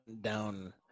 Down